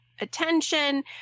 attention